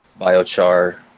biochar